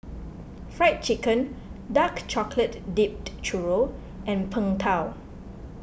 Fried Chicken Dark Chocolate Dipped Churro and Png Tao